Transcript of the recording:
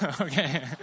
okay